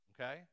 Okay